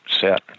set